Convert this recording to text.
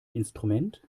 instrument